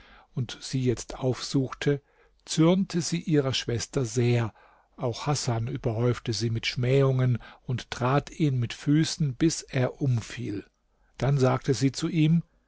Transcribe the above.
und sie jetzt aufsuchte zürnte sie ihrer schwester sehr auch hasan überhäufte sie mit schmähungen und trat ihn mit füßen bis er umfiel dann sagte sie zu ihm